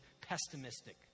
pessimistic